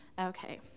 Okay